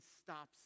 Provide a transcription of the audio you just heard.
stops